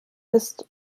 ist